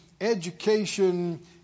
education